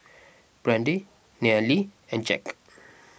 Brande Nayeli and Jacque